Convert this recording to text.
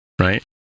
right